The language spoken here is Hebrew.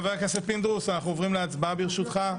חבר הכנסת פינדרוס, אנחנו עוברים להצבעה, ברשותך.